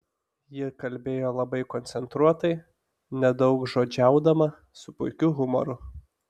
ji kalbėjo labai koncentruotai nedaugžodžiaudama su puikiu humoru